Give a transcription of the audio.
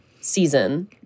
season